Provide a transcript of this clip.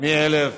מ-1,000